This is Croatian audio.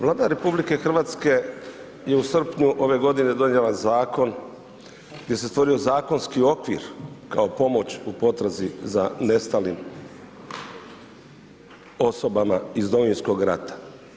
Vlada RH je u srpnju ove godine donijela zakon gdje se stvorio zakonski okvir kao pomoć u potrazi za nestalim osobama iz Domovinskog rata.